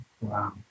Wow